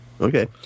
Okay